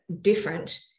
different